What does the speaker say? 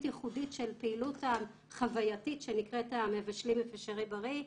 ייחודית של פעילות חווייתית שנקראת "מבשלים אפשריבריא",